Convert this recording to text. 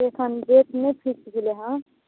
अखैन डेट नहि फिक्स भेलै हइ